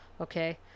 okay